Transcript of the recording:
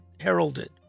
heralded